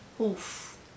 Oof